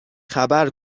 خبر